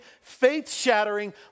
faith-shattering